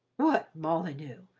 what, molyneux!